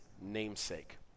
namesake